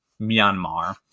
Myanmar